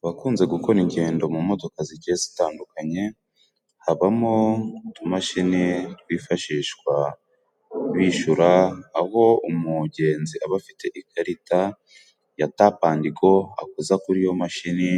Abakunze gukora ingendo mu modoka zigiye zitandukanye ,habamo utumashini twifashishwa bishyura, aho umugenzi aba afite ikarita ya tapandigo, akoza kuri iyo mashini